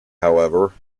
however